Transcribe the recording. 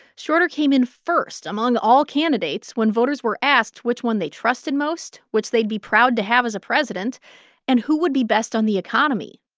schroeder came in first among all candidates when voters were asked which one they trusted most, which they'd be proud to have as a president and who would be best on the economy.